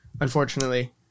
unfortunately